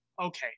Okay